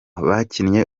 bakinnye